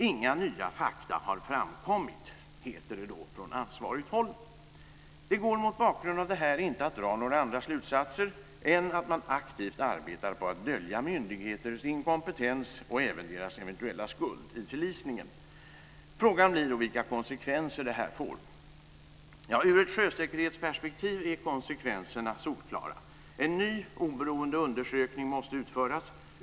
Inga nya faktum har framkommit heter det då från ansvarigt håll. Det går mot bakgrund av detta inte att dra några andra slutsatser än att man aktivt arbetar på att dölja myndigheters inkompetens och även deras eventuella skuld i förlisningen. Frågan blir då vilka konsekvenser detta får. Ur ett sjösäkerhetsperspektiv är konsekvenserna solklara. En ny oberoende undersökning måste utföras.